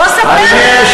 בוא ספר לי איך באתם לשנות.